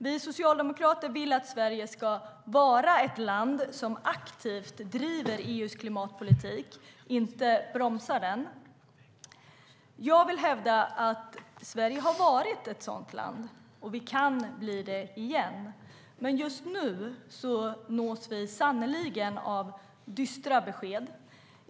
Vi socialdemokrater vill att Sverige ska vara ett land som aktivt driver EU:s klimatpolitik och inte bromsar den. Jag vill hävda att Sverige har varit ett sådant land. Vi kan bli det igen. Men just nu nås vi av synnerligen dystra besked.